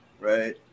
right